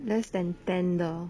less than ten 的